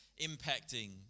impacting